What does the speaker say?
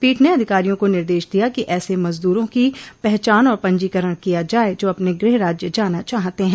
पीठ ने अधिकारियों को निर्देश दिया कि ऐसे मजदूरों की पहचान और पंजीकरण किया जाए जो अपने गृह राज्य जाना चाहते हैं